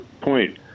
point